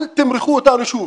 אל תמרחו אותנו שוב.